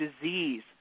disease